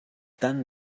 tant